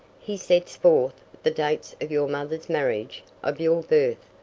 he sets forth the dates of your mother's marriage, of your birth,